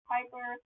Piper